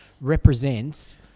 represents